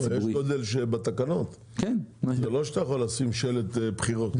יש גודל בתקנות, זה לא שאתה יכול לשים שלט בחירות.